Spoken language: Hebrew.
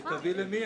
אבל מיטבי למי?